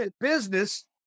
business